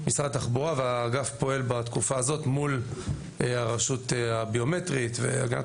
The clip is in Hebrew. משרד התחבורה והאגף פועל בתקופה הזאת מול הרשות הביומטרית והגנת